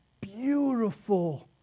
beautiful